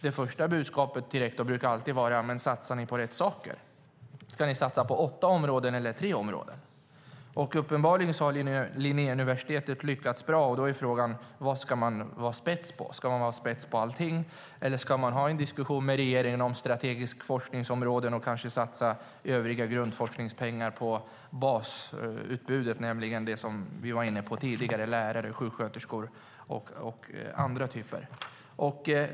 Det första budskapet till rektorn brukar alltid vara: Satsar ni på rätt saker? Ska ni satsa på åtta områden eller tre områden? Uppenbarligen har Linnéuniversitetet lyckats bra. Då är frågan: Vad ska man vara spets på? Ska man vara spets på allting? Eller ska man ha en diskussion med regeringen om strategiska forskningsområden och kanske satsa övriga grundforskningspengar på basutbudet, nämligen det som vi var inne på tidigare, lärare, sjuksköterskor och andra?